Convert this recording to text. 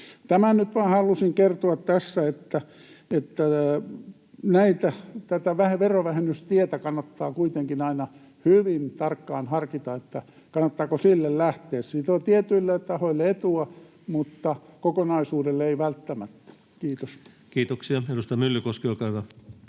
Tämän nyt vain halusin kertoa tässä, että tätä verovähennystietä kannattaa kuitenkin aina hyvin tarkkaan harkita, että kannattaako sille lähteä. Siitä on tietyille tahoille etua mutta kokonaisuudelle ei välttämättä. — Kiitos. Kiitoksia. — Edustaja Myllykoski, olkaa hyvä.